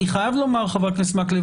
אני חייב לומר חבר הכנסת מקלב,